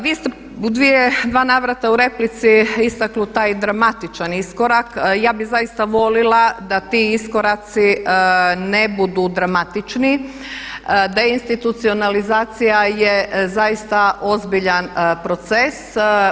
Vi ste u dvije, u dva navrata u replici istakli taj dramatičan iskorak, ja bi zaista volila da ti iskoraci ne budu dramatični, deinstitucionalizacija je zaista ozbiljan proces.